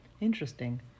Interesting